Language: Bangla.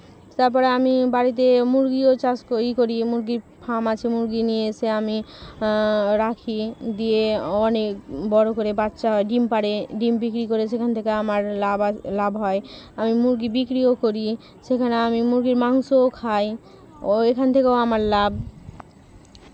তারপরে আমি বাড়িতে মুরগিও চাষ কই করি মুরগির ফার্ম আছে মুরগি নিয়ে এসে আমি রাখি দিয়ে অনেক বড়ো করে বাচ্চা হয় ডিম পাড়ে ডিম বিক্রি করে সেখান থেকে আমার লাভ আস লাভ হয় আমি মুরগি বিক্রিও করি সেখানে আমি মুরগির মাংসও খাই ও এখান থেকেও আমার লাভ